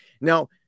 Now